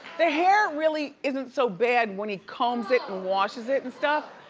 the hair really isn't so bad when he combs it and washes it and stuff.